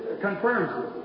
confirms